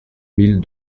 mille